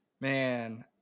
Man